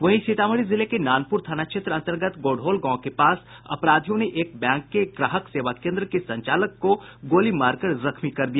वहीं सीतामढ़ी जिले के नानपुर थाना क्षेत्र अंतर्गत गौढोल गांव के पास अपराधियों ने एक बैंक के ग्राहक सेवा केन्द्र के संचालक को गोली मारकर जख्मी कर दिया